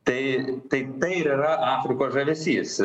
tai tai tai ir yra afrikos žavesys